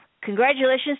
congratulations